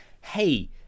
Hey